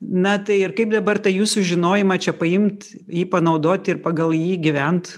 na tai ir kaip dabar tą jūsų žinojimą čia paimt jį panaudot ir pagal jį gyvent